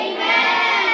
Amen